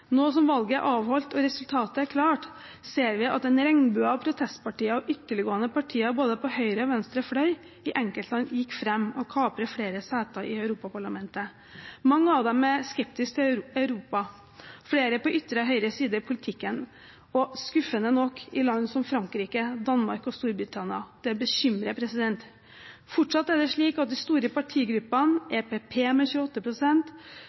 Nå som valget er avholdt og resultatet er klart, ser vi at en regnbue av protestpartier og ytterliggående partier på høyre og venstre fløy i enkeltland gikk fram og kapret flere seter i Europaparlamentet. Mange av dem er skeptiske til Europa, flere på ytre høyre side i politikken, og skuffende nok i land som Frankrike, Danmark og Storbritannia. Det bekymrer. Men fortsatt er det slik at de store partigruppene, EPP med